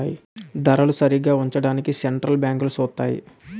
ధరలు సరిగా ఉంచడానికి సెంటర్ బ్యాంకులు సూత్తాయి